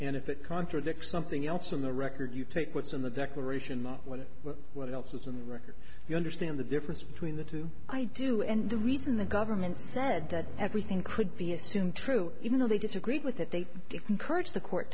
and if it contradicts something else in the record you take what's in the declaration not whether what else is in the record you understand the difference between the two i do and the reason the government said that everything could be assumed true even though they disagreed with that they did encourage the court